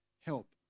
help